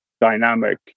dynamic